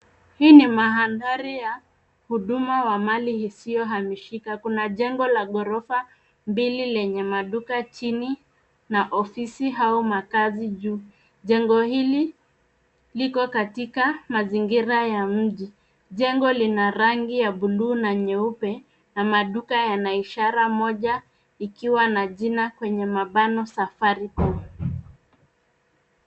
Hii ni mandhari ya huduma wa mali isiyohamishika. Kuna jengo la ghorofa mbili lenye maduka chini na ofisi au makazi juu. Jengo hili liko katika mazingira ya mji. Jengo lina rangi ya buluu na nyeupe na maduka yana ishara moja ikiwa na jina kwenye mabano, safaricom.